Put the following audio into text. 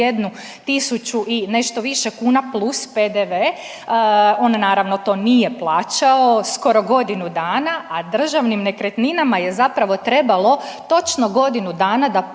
od 61 tisuću i nešto više kuna plus PDV, on naravno to nije plaćao skoro godinu dana, a Državnim nekretninama je zapravo trebalo točno godinu dana da